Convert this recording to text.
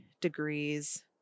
degrees